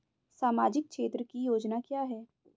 सामाजिक क्षेत्र की योजना क्या है?